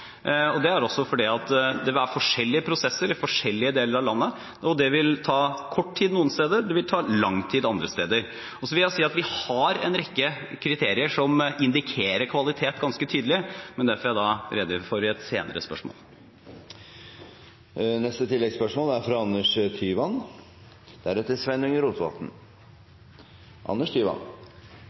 og rammene, men det vil nok ikke komme et detaljert kart. Det er fordi det vil være forskjellige prosesser i forskjellige deler av landet, og det vil ta kort tid noen steder og lang tid andre steder. Vi har en rekke kriterier som indikerer kvalitet ganske tydelig, men det får jeg redegjøre for i et senere spørsmål. Anders Tyvand